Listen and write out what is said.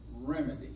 remedy